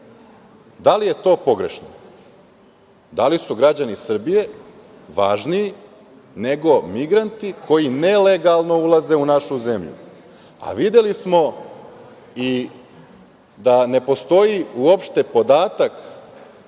li je to pogrešno? Da li su građani Srbije važniji nego migranti koji nelegalno ulaze u našu zemlju? Videli smo i da ne postoji uopšte podatak